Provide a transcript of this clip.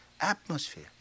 atmosphere